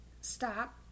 stop